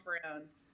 friends